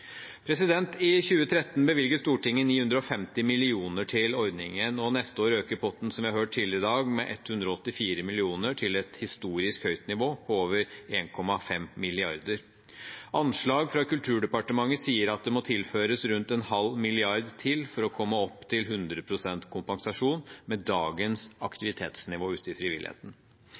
I 2013 bevilget Stortinget 950 mill. kr til ordningen. Neste år øker potten, som vi har hørt tidligere i dag, med 184 mill. kr, til et historisk høyt nivå på over 1,5 mrd. kr. Anslag fra Kulturdepartementet sier at det må tilføres rundt en halv milliard til for å komme opp til 100 pst. kompensasjon med dagens aktivitetsnivå ute i frivilligheten.